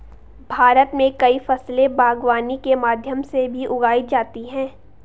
भारत मे कई फसले बागवानी के माध्यम से भी उगाई जाती है